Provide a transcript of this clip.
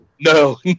No